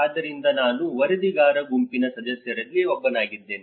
ಆದ್ದರಿಂದ ನಾನು ವರದಿಗಾರ ಗುಂಪಿನ ಸದಸ್ಯರಲ್ಲಿ ಒಬ್ಬನಾಗಿದ್ದೇನೆ